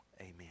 Amen